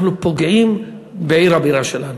אנחנו פוגעים בעיר הבירה שלנו.